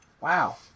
Wow